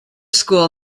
school